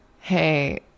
hey